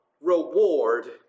reward